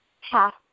half